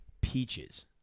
Peaches